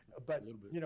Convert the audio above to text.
a but little bit. you know